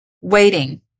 waiting